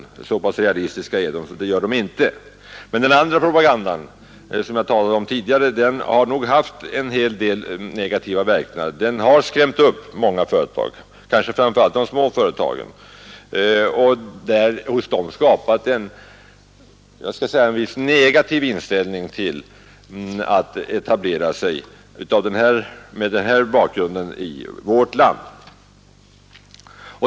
Så pass realistiska är de. Men den andra propagandan, som jag talade om tidigare, har nog haft en hel del negativa verkningar. Den har skrämt upp många företag, kanske framför allt de små företagen, och hos dem skapat en viss negativ inställning till att med den här bakgrunden nyetablera sig i vårt land.